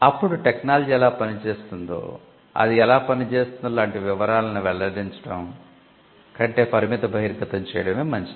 అప్పుడు టెక్నాలజీ ఎలా పనిచేస్తుందో అది ఎలా పనిచేస్తుందో లాంటి వివరాలను వెల్లడించడం కంటే పరిమిత బహిర్గతం చేయడమే మంచిది